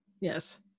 Yes